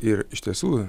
ir iš tiesų